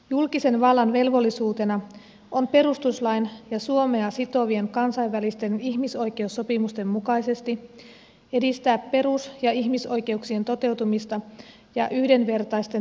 julkisen vallan velvollisuutena on perustuslain ja suomea sitovien kansainvälisten ihmisoikeussopimusten mukaisesti edistää perus ja ihmisoikeuksien toteutumista ja yhdenvertaisten terveyspalvelujen saatavuutta